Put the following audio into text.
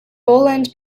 boland